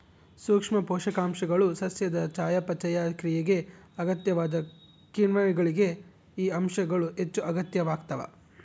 ಸೂಕ್ಷ್ಮ ಪೋಷಕಾಂಶಗಳು ಸಸ್ಯದ ಚಯಾಪಚಯ ಕ್ರಿಯೆಗೆ ಅಗತ್ಯವಾದ ಕಿಣ್ವಗಳಿಗೆ ಈ ಅಂಶಗಳು ಹೆಚ್ಚುಅಗತ್ಯವಾಗ್ತಾವ